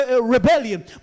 rebellion